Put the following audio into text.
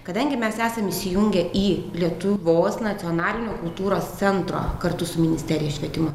kadangi mes esam įsijungę į lietuvos nacionalinio kultūros centro kartu su ministerija švietimo